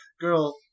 Girl